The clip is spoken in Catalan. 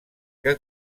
que